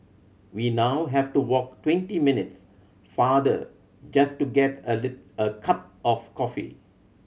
we now have to walk twenty minutes farther just to get a little a cup of coffee